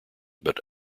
but